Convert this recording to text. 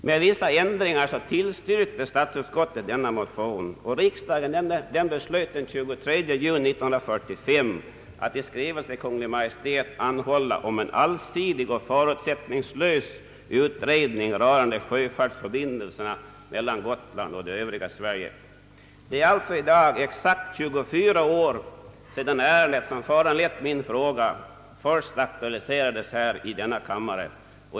Med vissa ändringar tillstyrkte statsutskottet dessa motioner, och riksdagen beslöt den 23 juni 19435 att i skrivelse till Kungl. Maj:t anhålla om en allsidig och förutsättningslös utredning rörande sjöfartsförbindelserna mellan Gotland och det övriga Sverige. Det är alltså i dag exakt 24 år sedan ärendet som föranlett min fråga först aktualiserades i denna kammare.